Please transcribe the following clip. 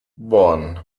one